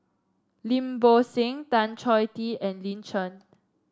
Lim Bo Seng Tan Choh Tee and Lin Chen